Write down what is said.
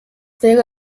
wäre